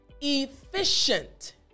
efficient